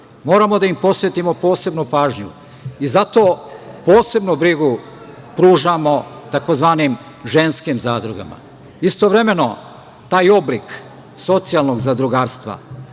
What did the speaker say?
rada. Moramo da im posvetimo posebnu pažnju, i zato posebnu brigu pružamo tzv. ženskim zadrugama. Istovremeno taj oblik socijalnog zadrugarstva